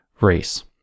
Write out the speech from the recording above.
race